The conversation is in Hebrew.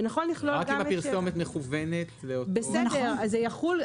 ונכון לכלול גם את 7. רק אם הפרסומת מכוונת לאותו --- זה נכון,